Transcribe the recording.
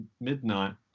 midnight